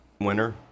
winner